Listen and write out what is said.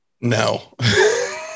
no